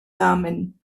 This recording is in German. namen